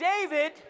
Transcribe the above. David